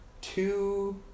two